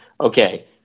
Okay